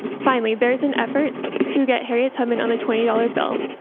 finally, there's an effort to get harriet tubman on the twenty dollars bill.